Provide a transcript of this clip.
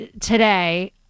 today